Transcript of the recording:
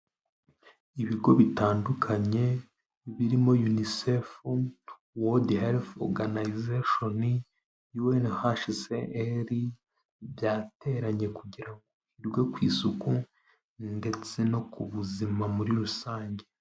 Ibigo bitandukanye birimo yunicefu, wodi helifu oruganizesheni yowere hashi se eri byateranye kugira ngo higwe ku isuku ndetse no ku buzima muri rusange.